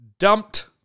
Dumped